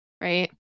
right